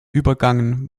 übergangen